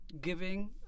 giving